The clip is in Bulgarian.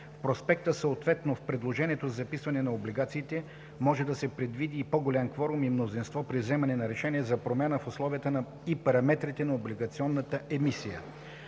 проспекта, съответно в предложението за записване на облигациите, може да се предвиди и по-голям кворум и мнозинство при вземане на решения за промяна в условията и параметрите на облигационната емисия.